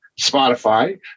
Spotify